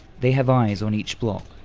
they have eyes on each block.